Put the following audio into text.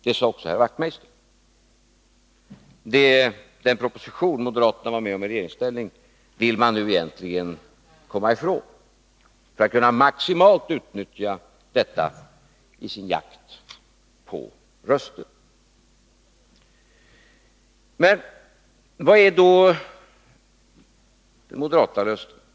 Det sade ju herr Wachtmeister. Den proposition som moderaterna var med om att avge i regeringsställning vill de nu egentligen komma ifrån för att kunna maximalt utnyttja detta i sin jakt på röster. Vad är det då moderaterna säger?